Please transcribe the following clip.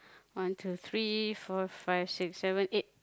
one two three four five six seven eight